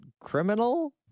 criminal